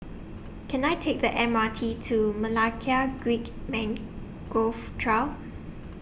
Can I Take The M R T to Creek Mangrove Trail